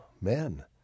men